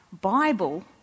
Bible